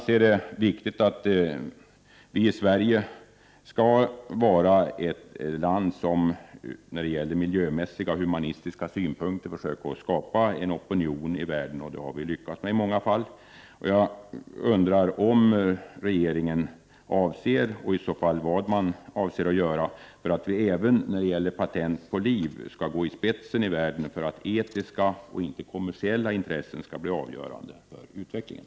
Sverige vill ju vara ett föregångsland, som ur miljömässiga och humanistiska synpunkter försöker skapa en opinion i världen — det har vi ju lyckats med i många fall. Jag undrar vad regeringen avser göra för att vi även när det gäller patent på liv skall gå i spetsen för att etiska, inte kommersiella, intressen blir avgörande för utvecklingen.